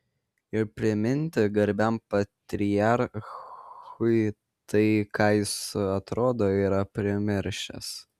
ir priminti garbiam patriarchui tai ką jis atrodo yra primiršęs